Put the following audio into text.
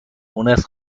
مونس